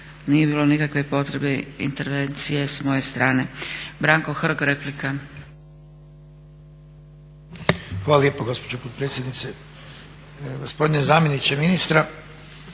nije bilo nikakve potrebne intervencije s moje strane. Branko Hrg, replika. **Hrg, Branko (HSS)** Hvala lijepo gospođo potpredsjednice. Gospodine zamjeniče ministra,